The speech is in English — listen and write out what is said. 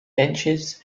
benches